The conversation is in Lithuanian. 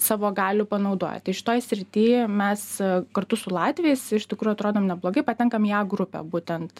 savo galių panaudoja tai šitoj srity mes kartu su latviais iš tikrųjų atrodom neblogai patenkam į a grupę būtent